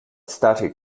static